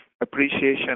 appreciation